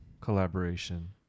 collaboration